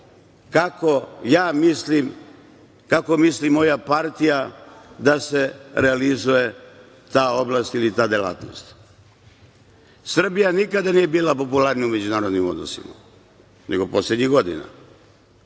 kako misli moja partija da se realizuje ta oblast ili ta delatnost. Srbija nikada nije bila popularnija u međunarodnim odnosima, nego poslednjih godina.